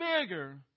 bigger